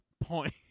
point